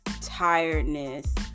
tiredness